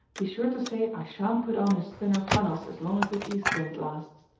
be sure to say i shan't put on his thinner flannels as long as this east wind lasts.